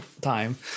time